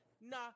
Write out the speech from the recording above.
nah